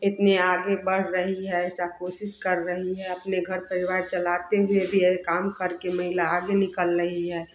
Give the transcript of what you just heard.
इतनी आगे बढ़ रही है ऐसा कोशिश कर रही है अपने घर परिवार चलाते हुए भी यह काम करके महिला आगे निकल रही है